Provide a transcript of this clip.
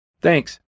Thanks